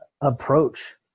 approach